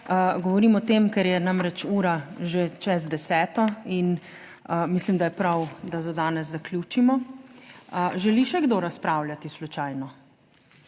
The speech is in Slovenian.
govorim o tem, ker je namreč ura že čez deseto in mislim, da je prav, da za danes zaključimo. Želi še kdo razpravljati, slučajno?